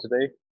today